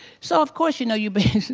so of course, you know, you be-hahaha